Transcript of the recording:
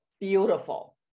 Beautiful